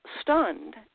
stunned